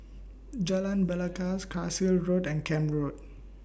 Jalan Belangkas Carlisle Road and Camp Road